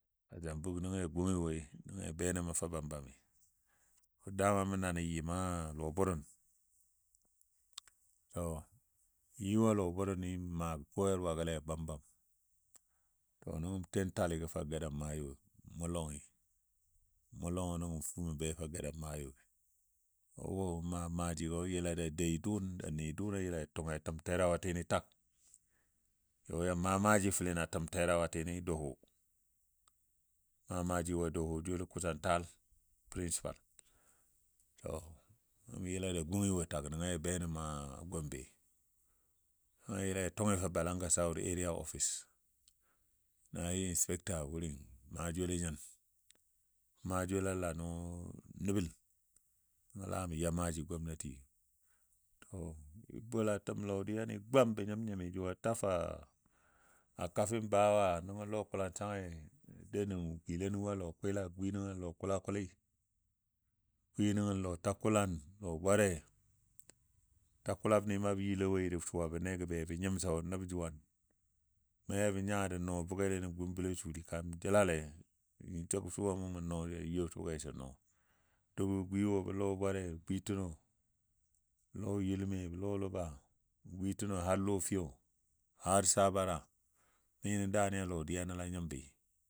A zambuk nəngɔ ja gungi woi nəngɔ ja be nən məu fa bambami dama mə na nən yɨma lɔ bʊrʊn. To mə yɨ wo lɔ bʊrʊni mə maa koyarwagole bambam to nəngɔ nən ten taligo fou a gadanmayo mə mʊ lɔngi, mə mʊ lɔngɔ nəngɔ mə fu ma be fou a gadanmayoi. Wɔ n maa maajigo yəla ja dai dʊʊn ja ni dʊʊn yəla ja nʊngi a təm terawatini tak, yɔ yan maaji fəlen a təm terawatini doho. Maa maaji wo doho joulo kusan taal principal. To nəngɔ ja yəla ja gungi wo tak nəngɔ ja, be nən mə a gombe nəngɔ ja yəla ja tʊngi fa galanga south area office na yi inspecta a wurin maa joulo nyin, maa joulo a la nɔ nəbəl nəngɔ la mə ya maaji gwamnati. To bolatəm lɔdiyani gwam bə nyim nyimi juwa ta fou a kafin bawa, nəngɔ lɔkulangsangi dou nən gwile nən wo a lɔkwila gwi nən a lɔkulakuli, gwi nən a lɔtakulan, lɔbware. Takulabni maa bə yilo woi ja suwa bənle gɔ be bə nyimso nəb juwang. Na ya nya jə nɔɔ bʊgele nən gumblɔ sulli kan jəlale n jəg suwa mɔ mun nɔ yeo we sən nɔ, duk bə gwiwo bə lɔbware gwitinɔ, bə lɔyulme, lɔluba bə gwitəgo har lɔfiyo har sabara mi nən daani a lɔdiya nəl a nyimbi